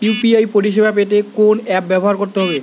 UPI পরিসেবা পেতে কোন অ্যাপ ব্যবহার করতে হবে?